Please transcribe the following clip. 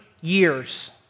years